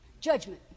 Judgment